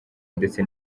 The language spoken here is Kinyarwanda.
ndetse